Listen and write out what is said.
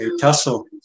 tussle